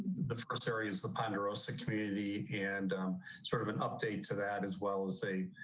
the first area is the ponderosa community and sort of an update to that as well as a